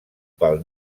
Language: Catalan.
pel